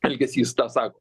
elgesys tą sako